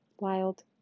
wild